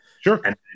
Sure